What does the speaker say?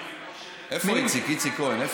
איפה איציק, איציק כהן?